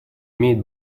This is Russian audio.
имеет